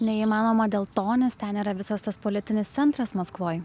neįmanoma dėl to nes ten yra visas tas politinis centras maskvoj